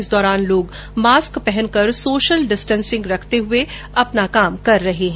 इस दौरान लोग मास्क पहनकर सोशल डिस्टेंसिंग रखते हुए अपना काम कर रहे है